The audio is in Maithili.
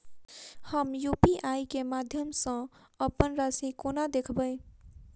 हम यु.पी.आई केँ माध्यम सँ अप्पन राशि कोना देखबै?